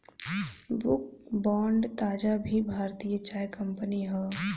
Brooke Bond ताज़ा भी भारतीय चाय कंपनी हअ